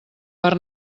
per